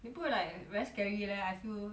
你不会 like very scary leh I feel